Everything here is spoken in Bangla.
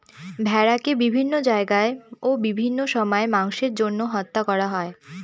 ভেড়াকে বিভিন্ন জায়গায় ও বিভিন্ন সময় মাংসের জন্য হত্যা করা হয়